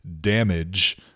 damage